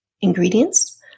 ingredients